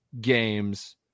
games